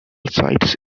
sites